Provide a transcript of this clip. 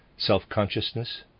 Self-Consciousness